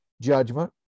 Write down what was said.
judgment